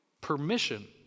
permission